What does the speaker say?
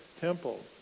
temple